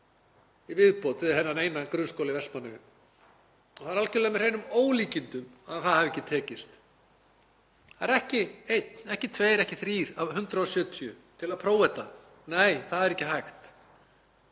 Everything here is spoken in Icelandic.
í viðbót við þennan eina grunnskóla í Vestmannaeyjum. Það er algerlega með hreinum ólíkindum að það hafi ekki tekist. Það er ekki einn, ekki tveir, ekki þrír af 170 til í að prófa þetta. Nei, það er ekki hægt.